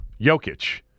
Jokic